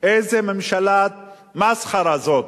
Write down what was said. איזו ממשלה "מסחרה" זאת,